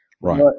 right